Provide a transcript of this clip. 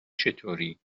چطوری